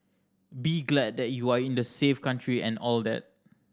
be glad that you are in a safe country and all that